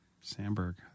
Sandberg